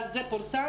אבל זה פורסם,